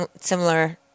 similar